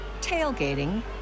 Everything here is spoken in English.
tailgating